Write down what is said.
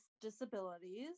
Disabilities